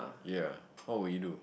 ya what would you do